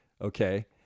Okay